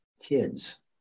kids